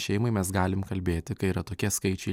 šeimai mes galim kalbėti kai yra tokie skaičiai